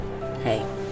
Hey